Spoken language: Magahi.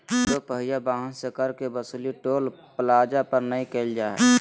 दो पहिया वाहन से कर के वसूली टोल प्लाजा पर नय कईल जा हइ